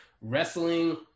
wrestling